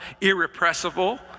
irrepressible